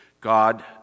God